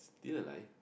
still alive